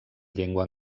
llengua